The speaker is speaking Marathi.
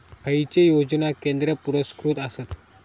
खैचे योजना केंद्र पुरस्कृत आसत?